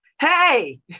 hey